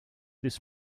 this